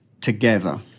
together